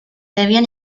debían